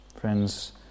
Friends